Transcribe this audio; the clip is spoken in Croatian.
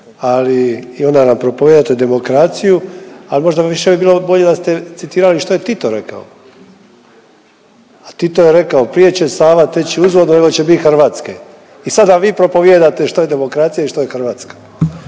ali i onda nam propovjedate demokraciju, ali možda više bi bilo bolje da ste citirali što je Tito rekao, a Tito je rekao prije će Sava teći uzvodno nego će biti Hrvatske. I sad nam vi propovjedate što je demokracija i što je Hrvatska.